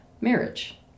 marriage